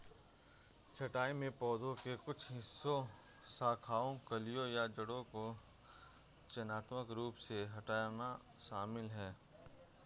छंटाई में पौधे के कुछ हिस्सों शाखाओं कलियों या जड़ों को चयनात्मक रूप से हटाना शामिल है